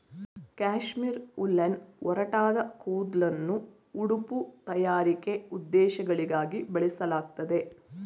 ಕಾಶ್ಮೀರ್ ಉಲ್ಲೆನ್ನ ಒರಟಾದ ಕೂದ್ಲನ್ನು ಉಡುಪು ತಯಾರಿಕೆ ಉದ್ದೇಶಗಳಿಗಾಗಿ ಬಳಸಲಾಗ್ತದೆ